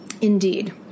Indeed